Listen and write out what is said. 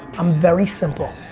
i'm very simple.